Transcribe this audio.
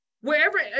wherever